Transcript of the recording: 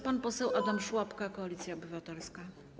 Pan poseł Adam Szłapka, Koalicja Obywatelska.